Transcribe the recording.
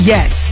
Yes